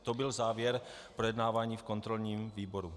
To byl závěr projednávání v kontrolním výboru.